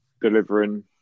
delivering